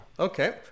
Okay